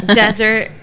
desert